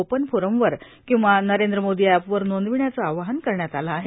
open फोरमवर किंवा नरेंद्र मोदी एपवर नोंदविण्याचं आवाहन करण्यात आलं आहे